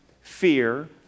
fear